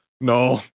No